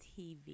TV